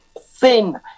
thin